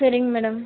சரிங்க மேடம்